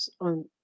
on